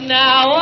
now